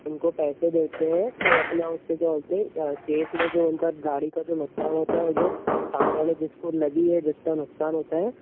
उनको पैसे देते हैं तो अपना उससे जो होते केस में जो उनका गाड़ी का जो नुक़सान होता है वह जो सामने वाले जिसको लगी है जिसका नुक़सान होता है